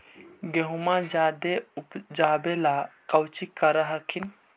गेहुमा जायदे उपजाबे ला कौची कर हखिन?